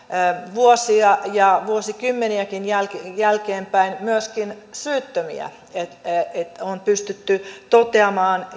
vuosia ja vuosikymmeniäkin jälkeenpäin myöskin syyttömyyttä on pystytty toteamaan